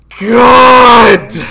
god